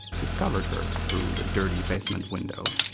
discovered her through the dirty basement window.